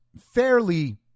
fairly